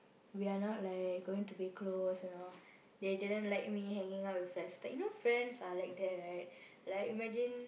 we are not like going to be close you know they didn't like me hanging out with Slyvester you know friends are like that right like imagine